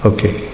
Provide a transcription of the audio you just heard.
Okay